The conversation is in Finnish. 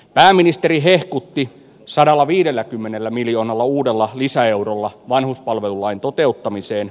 pääministeri hehkutti sadallaviidelläkymmenellä miljoonalla uudella visa eurolla vanhuspalvelulain toteuttamiseen